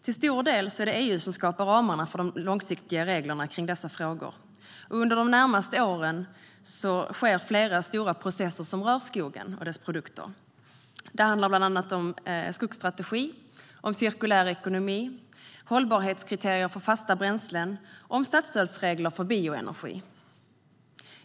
Till stor del är det EU som skapar ramarna för de långsiktiga reglerna kring dessa frågor, och under de närmaste åren sker flera stora processer som rör skogen och dess produkter. Det handlar bland annat om skogsstrategi, cirkulär ekonomi, hållbarhetskriterier för fasta bränslen och statsstödsregler för bioenergi.